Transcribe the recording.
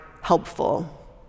helpful